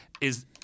is-